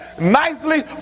nicely